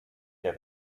der